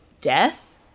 death